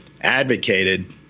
advocated